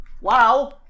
Wow